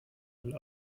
vogel